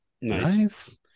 Nice